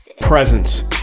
presence